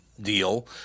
deal